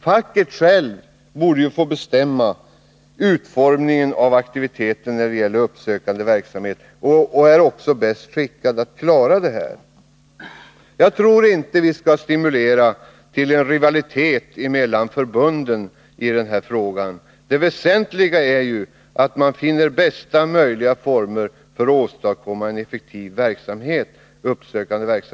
Facket självt borde få bestämma utformningen av aktiviteterna när det gäller uppsökande verksamhet, och facket är också bäst skickat att klara det. Jag tror inte att vi skall stimulera till en rivalitet emellan förbunden i den här frågan. Det väsentliga är ju att man finner bästa möjliga former, så att en effektiv uppsökande verksamhet kan åstadkommas.